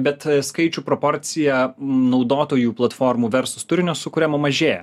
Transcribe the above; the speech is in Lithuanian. bet skaičių proporcija naudotojų platformų versus turinio sukuriama mažėja